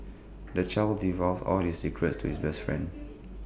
the child divulged all his secrets to his best friend